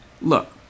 Look